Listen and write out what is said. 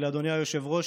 אדוני היושב-ראש,